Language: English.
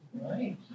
Right